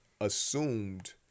assumed